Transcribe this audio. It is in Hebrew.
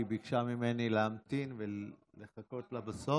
היא ביקשה ממני להמתין ולחכות לה בסוף.